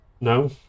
No